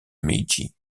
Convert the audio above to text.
meiji